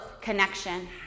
connection